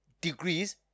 degrees